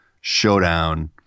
showdown